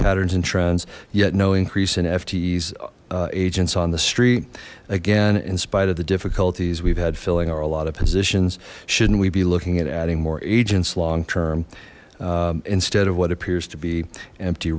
patterns and trends yet no increase in ftes agents on the street again in spite of the difficulties we've had filling our a lot of positions shouldn't we be looking at adding more agents long term instead of what appears to be empty